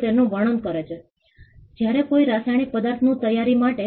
વપરાશકર્તા આધારિત અભિગમ છે